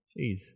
Jeez